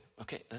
Okay